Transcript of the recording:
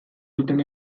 zuten